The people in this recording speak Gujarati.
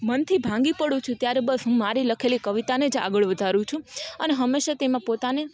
મનથી ભાંગી પડું છું ત્યારે બસ મારી લખેલી કવિતાને જ આગળ વધારું છું અને હંમેશાં તેમાં પોતાને